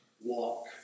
Walk